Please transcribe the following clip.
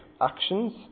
actions